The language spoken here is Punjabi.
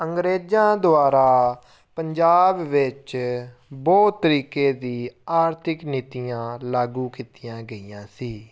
ਅੰਗਰੇਜ਼ਾਂ ਦੁਆਰਾ ਪੰਜਾਬ ਵਿੱਚ ਬਹੁਤ ਤਰੀਕੇ ਦੀ ਆਰਥਿਕ ਨੀਤੀਆਂ ਲਾਗੂ ਕੀਤੀਆਂ ਗਈਆਂ ਸੀ